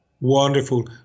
wonderful